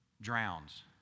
drowns